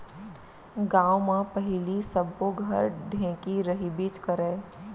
गॉंव म पहिली सब्बो घर ढेंकी रहिबेच करय